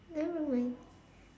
nevermind